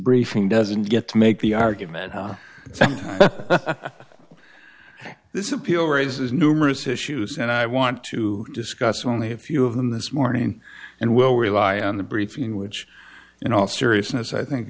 briefing doesn't get to make the argument that this is appeal raises numerous issues and i want to discuss only a few of them this morning and will rely on the briefing which in all seriousness i think